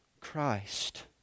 Christ